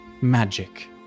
magic